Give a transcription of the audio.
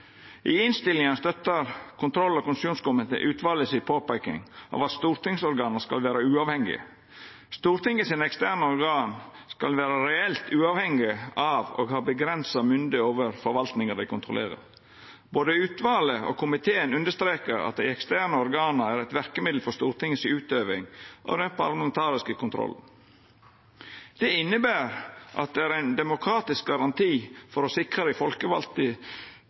I innstillinga støttar kontroll- og konstitusjonskomiteen påpeikinga frå utvalet om at stortingsorgana skal vera uavhengige. Stortinget sine eksterne organ skal vera reelt uavhengige av og ha avgrensa mynde over forvaltninga dei kontrollerer. Både utvalet og komiteen understrekar at dei eksterne organa er eit verkemiddel for Stortinget si utøving av den parlamentariske kontrollen. Det inneber at det er ein demokratisk garanti for å sikra det folkevalde